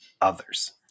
others